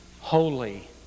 Holy